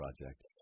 project